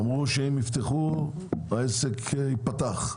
אמרו שאם יפתחו העסק ייפתח.